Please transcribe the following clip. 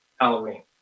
Halloween